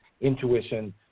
intuition